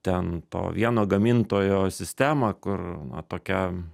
ten to vieno gamintojo sistemą kur na tokia